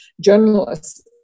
journalists